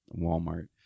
Walmart